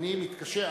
ואני מתקשה.